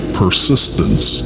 persistence